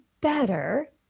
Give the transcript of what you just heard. better